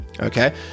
Okay